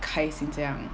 开心这样